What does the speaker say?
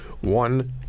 one